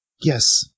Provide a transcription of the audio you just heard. Yes